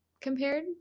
compared